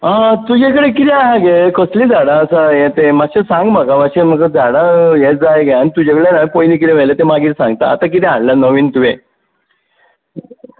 आं तुजें तें कितें आसा गे कसलीं झाडां आसा हें तें मात्शें सांग म्हाका मात्शें म्हाका झाडां हे जाय गे आनी तुजे कडेन हांवें पयली वेलें तें मागीर सांगता आतां कितें हाडला नवीन तुवें